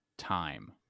time